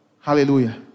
Hallelujah